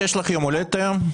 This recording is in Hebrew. יום הולדת היום?